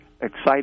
excited